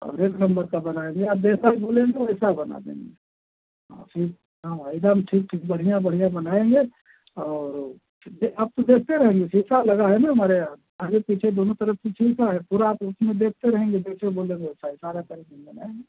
और एक नंबर का बनाएँगे आप जैसा भी बोलेंगे वैसा बना देंगे फिर हाँ एकदम ठीक ठीक बढ़िया बढ़िया बनाएँगे और वह आप तो देखते रहेंगे शीशा लगा है ना हमारे यहाँ आगे पीछे दोनो तरफ़ से छीका है पूरा आप उसमें देखते रहेंगे जैसे बोलेंगे वैसा इशारा करे दें हम बनाएँगे